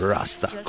Rasta